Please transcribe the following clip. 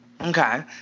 Okay